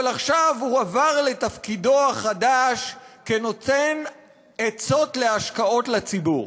אבל עכשיו הוא עבר לתפקידו החדש כנותן עצות להשקעות לציבור.